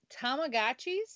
Tamagotchis